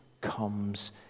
comes